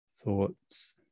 thoughts